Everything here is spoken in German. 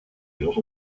jedoch